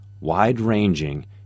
wide-ranging